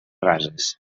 rases